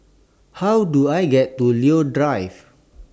How Do I get to Leo Drive